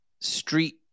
street